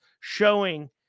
showing